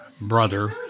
brother